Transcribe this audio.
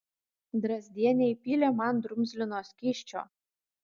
drazdienė įpylė man drumzlino skysčio